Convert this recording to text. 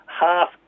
half